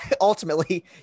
ultimately